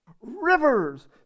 rivers